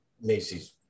Macy's